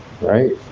right